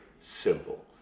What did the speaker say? simple